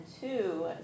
two